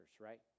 right